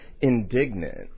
indignant